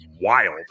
wild